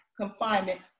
confinement